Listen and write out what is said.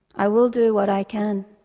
i will do what i can.